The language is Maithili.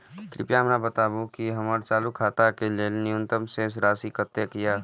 कृपया हमरा बताबू कि हमर चालू खाता के लेल न्यूनतम शेष राशि कतेक या